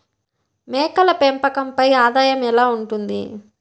మేకల పెంపకంపై ఆదాయం ఎలా ఉంటుంది?